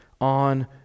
on